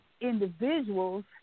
individuals